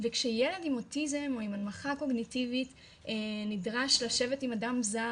וכשילד עם אוטיזם או עם הנמכה קוגניטיבית נדרש לשבת עם אדם זר,